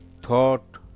thought